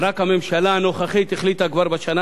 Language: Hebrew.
ורק הממשלה הנוכחית החליטה כבר בשנה